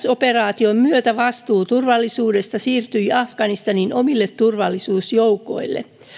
operaation myötä vastuu turvallisuudesta siirtyi afganistanin omille turvallisuusjoukoille